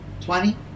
Twenty